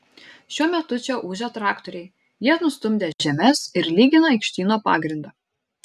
šiuo metu čia ūžia traktoriai jie nustumdė žemes ir lygina aikštyno pagrindą